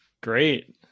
Great